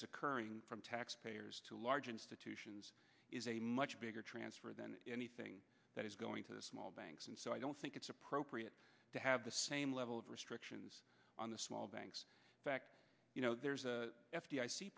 is occurring from taxpayers to large institutions is a much bigger transfer than anything that is going to the small banks and so i don't think it's appropriate to have the same level of restrictions on the small banks back you know there's a